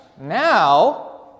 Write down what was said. Now